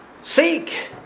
Seek